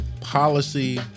Policy